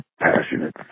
passionate